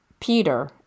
Peter